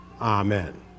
amen